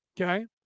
okay